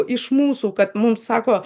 iš mūsų kad mums sako